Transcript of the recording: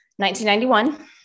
1991